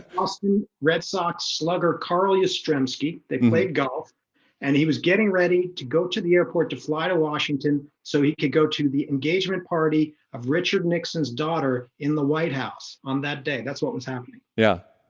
boston red sox slugger karli ostremski they played golf and he was getting ready to go to the airport to fly to washington so he could go to the engagement party of richard nixon's daughter in the white house on that day. that's what was happening. yeah.